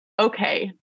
okay